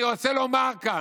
אני רוצה לומר כאן: